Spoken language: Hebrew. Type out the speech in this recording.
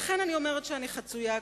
לכן אני אומרת שאני חצויה כאן.